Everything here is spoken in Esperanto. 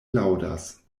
laŭdas